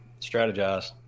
strategize